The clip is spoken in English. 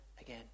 again